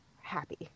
happy